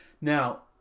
now